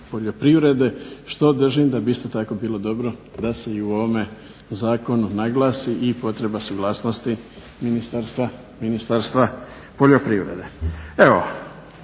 poljoprivrede što držim da bi isto tako bilo dobro da se i u ovome zakonu naglasi i potreba suglasnosti Ministarstva poljoprivrede.